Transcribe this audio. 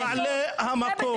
אנחנו בעלי המקום,